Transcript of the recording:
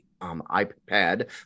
iPad